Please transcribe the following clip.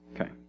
Okay